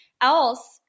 else